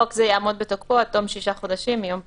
חוק זה יעמוד בתוקפו עד תום שישה חודשים מיום פרסומו."